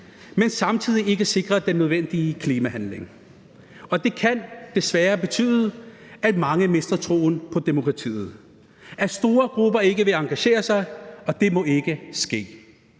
men samtidig ikke sikrer den nødvendige klimahandling. Det kan desværre betyde, at mange mister troen på demokratiet; at store grupper ikke vil engagere sig. Og det må ikke ske.